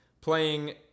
playing